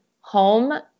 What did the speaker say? home